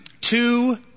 two